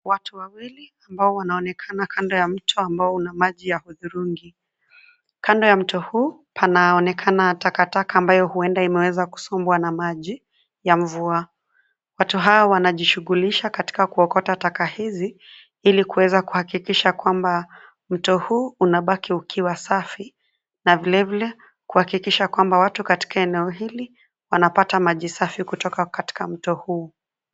Watu wawili ambao wanaonekana kando ya mto ambao una maji ya hudhurungi. Kando ya mto huu panaonekana takataka ambayo huenda imeweza kusombwa na maji ya mvua. Watu hao wanajishughulisha katika kuokota taka hizi ili kuweza kuhakikisha kwamba mto huu unabaki ukiwa safi na vilevile kuhakikisha kwamba watu katika eneo hili wanapata maji safi kutoka katika mto huu.